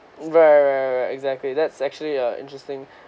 right right right exactly that's actually a interesting